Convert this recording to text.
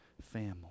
family